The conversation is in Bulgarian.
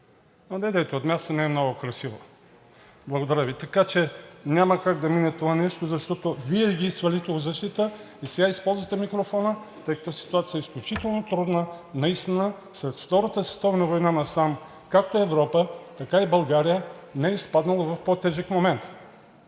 репликирайте, а от място не е много красиво. Така че няма как да мине това нещо, защото Вие ги свалихте от защита и сега използвате микрофона, тъй като ситуацията е изключително трудна. Наистина след Втората световна война насам както Европа, така и България не са изпадали в по-тежък момент.